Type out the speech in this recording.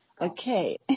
okay